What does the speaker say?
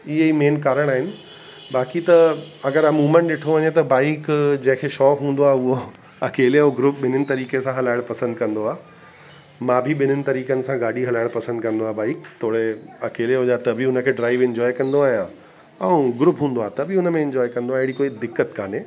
ईअं ई मेन कारण आहिनि बाक़ी त अगरि अमूनन ॾिठो वञे त बाइक जंहिंखे शौक़ु हूंदो आहे उहो अकेले ऐं ग्रुप ॿिन्हिनि तरीक़े सां हलाइणु पसंदि कंदो आहियां मां बि ॿिन्हिनि तरीक़नि सां गाॾी हलाइणु पसंदि कंदो आहियां बाइक तोड़े अकेले हुजां त बि उन खे ड्राइविंग इंजॉय कंदो आहियां ऐं ग्रुप हूंदो त बि उन में इंजॉय कंदो आहियां अहिड़ी कोई दिक़त कोन्हे